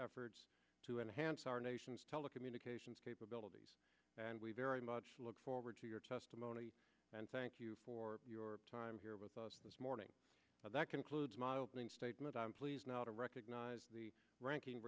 efforts to enhance our nation's telecommunications capabilities and we very much look forward to your testimony and thank you for your time here with us this morning that concludes model statement i'm pleased now to recognize the ranking